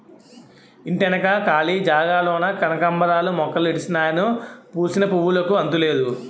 ఇంటెనక కాళీ జాగాలోన కనకాంబరాలు మొక్కలుడిసినాను పూసిన పువ్వులుకి అంతులేదు